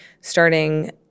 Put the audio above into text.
starting